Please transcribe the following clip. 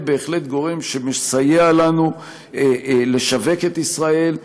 בהחלט גורם שמסייע לנו לשווק את ישראל,